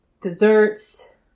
desserts